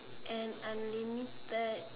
and unlimited